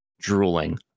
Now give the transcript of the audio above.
drooling